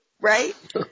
Right